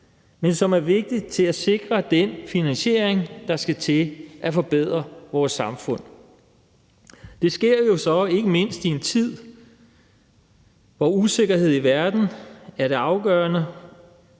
Men det er vigtigt for at sikre den finansiering, der skal til for at forbedre vores samfund. Det sker jo så ikke mindst i en tid, hvor det er afgørende,